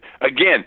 again